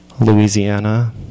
louisiana